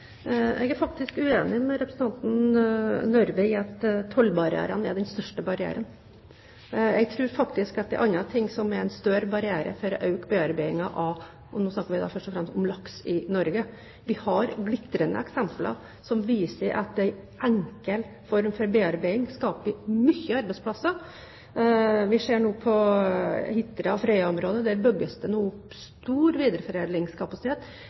Jeg er faktisk uenig med representanten Røbekk Nørve i at tollbarrierene er den største barrieren. Jeg tror faktisk at det er andre ting som er en større barriere for å øke bearbeidingen av fisk – og nå snakker vi først og fremst om laks – i Norge. Vi har glitrende eksempler som viser at en enkel form for bearbeiding skaper mange arbeidsplasser. Vi ser at i Hitra/Frøya-området bygges det nå opp stor videreforedlingskapasitet.